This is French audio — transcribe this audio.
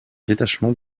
détachement